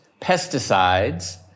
pesticides